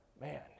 Man